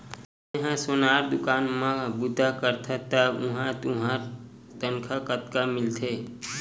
तेंहा सोनार दुकान म बूता करथस त उहां तुंहर तनखा कतका मिलथे?